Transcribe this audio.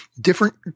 different